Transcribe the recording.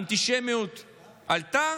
האנטישמיות עלתה.